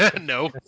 No